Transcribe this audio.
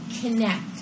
connect